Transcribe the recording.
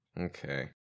okay